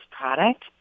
product